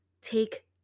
Take